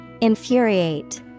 Infuriate